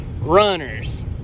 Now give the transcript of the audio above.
runners